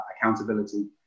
accountability